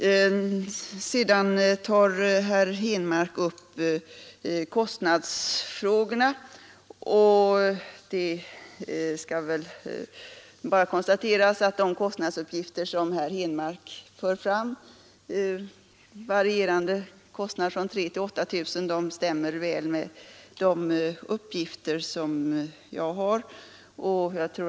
Onsdagen den Sedan tar herr Henmark upp kostnadsfrågorna, och det skall bara 2 maj 1973 konstateras att de kostnadsuppgifter som herr Henmark för fram — kostnader varierande från 3 000 till 8 000 kronor — stämmer väl med de uppgifter som jag har.